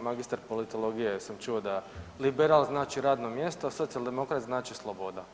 magistar politologije sam čuo da liberal znači radno mjesto, a socijaldemokrat znači sloboda.